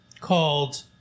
Called